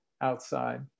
outside